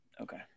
Okay